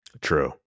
True